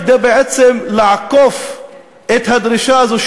כדי בעצם לעקוף את הדרישה הזאת,